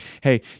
Hey